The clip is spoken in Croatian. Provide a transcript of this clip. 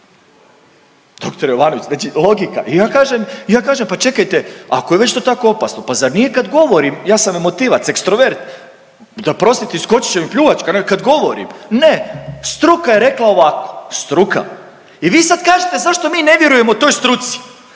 Doktore Jovanović znači logika, i ja kažem, i ja kažem pa čekajte ako je već to tako opasno pa zar nije kad govorim, ja sam emotivac, ekstrovert da prostite mi iskočit će mi pljuvačka kad govorim. Ne, struka je rekla ovako. Struka? I vi sad kažete zašto mi ne vjerujemo toj struci